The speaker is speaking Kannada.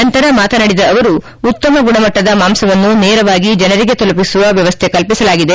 ನಂತರ ಮಾತನಾಡಿದ ಅವರು ಉತ್ತಮ ಗುಣಮಟ್ಟದ ಮಾಂಸವನ್ನು ನೇರವಾಗಿ ಜನರಿಗೆ ತಲುಪಿಸುವ ವ್ಯವಸ್ಥೆ ಕಲ್ಪಿಸಲಾಗಿದೆ